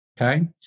Okay